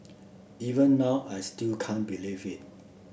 even now I still can't believe it